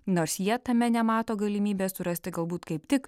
nors jie tame nemato galimybės surasti galbūt kaip tik